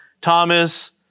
Thomas